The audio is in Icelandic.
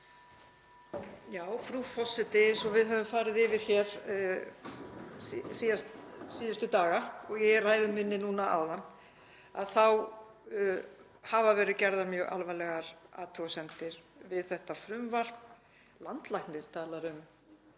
Frú forseti. Eins og við höfum farið yfir hér síðustu daga, og ég í ræðu minni núna áðan, þá hafa verið gerðar mjög alvarlegar athugasemdir við þetta frumvarp. Landlæknir talar um